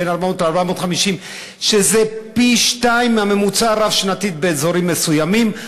שזה פי-שניים מהממוצע הרב-שנתי באזורים מסוימים,